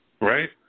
Right